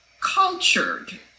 cultured